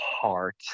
heart